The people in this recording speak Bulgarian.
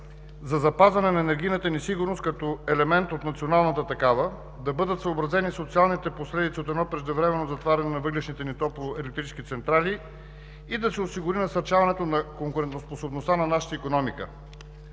за запазване на енергийната ни сигурност като елемент от националната такава, да бъдат съобразени социалните последици от едно преждевременно затваряне на въглищните ни топлоелектрически централи и да се осигури насърчаването на конкурентоспособността на нашата икономика.